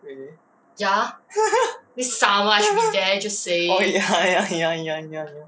really oh ya ya ya ya ya ya